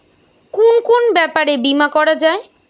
কুন কুন ব্যাপারে বীমা করা যায়?